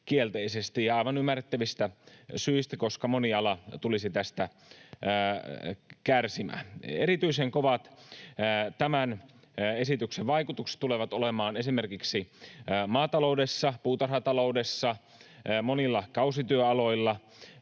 ja aivan ymmärrettävistä syistä, koska moni ala tulisi tästä kärsimään. Erityisen kovat tämän esityksen vaikutukset tulevat olemaan esimerkiksi maataloudessa, puutarhataloudessa, monilla kausityöaloilla,